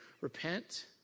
repent